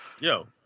Yo